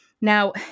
Now